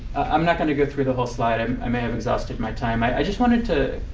i'm not going to go through the full slide. um i may have exhausted my time. i i just wanted to